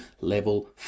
level